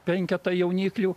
penketa jauniklių